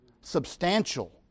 substantial